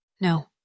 No